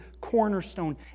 cornerstone